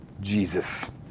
Jesus